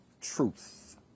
truth